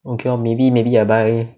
okay orh maybe maybe I buy